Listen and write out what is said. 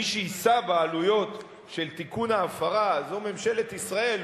מי שיישא בעלויות של תיקון ההפרה זו ממשלת ישראל,